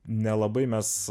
nelabai mes